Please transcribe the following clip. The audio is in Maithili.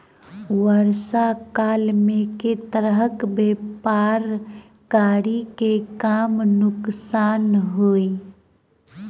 वर्षा काल मे केँ तरहक व्यापार करि जे कम नुकसान होइ?